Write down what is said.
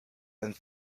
and